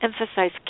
emphasize